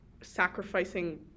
sacrificing